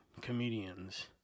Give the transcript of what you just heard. comedians